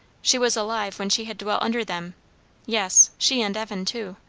she was alive when she had dwelt under them yes, she and evan too.